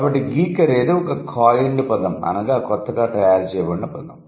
కాబట్టి గీక్ అనేది ఒక కాయిన్ద్ పదం అనగా కొత్తగా తయారు చేయబడిన పదం